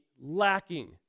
lacking